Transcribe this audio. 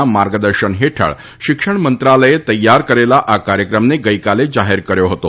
ના માર્ગદર્શન હેઠળ શિક્ષણ મંત્રાલયે તૈયાર કરેલા આ કાર્યક્રમને ગઈકાલે જાહેર કર્યો હતો